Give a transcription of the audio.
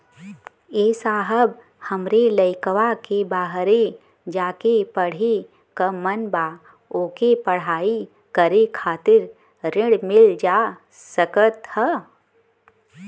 ए साहब हमरे लईकवा के बहरे जाके पढ़े क मन बा ओके पढ़ाई करे खातिर ऋण मिल जा सकत ह?